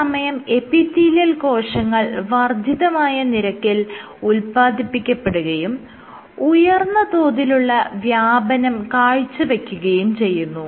ഈ സമയം എപ്പിത്തീലിയൽ കോശങ്ങൾ വർദ്ധിതമായ നിരക്കിൽ ഉല്പാദിപ്പിക്കപ്പെടുകയും ഉയർന്ന തോതിലുള്ള വ്യാപനം കാഴ്ചവെക്കുകയും ചെയ്യുന്നു